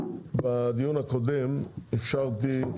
בדיון הקודם אפשרתי,